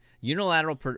unilateral